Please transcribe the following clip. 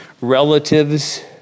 relatives